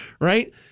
Right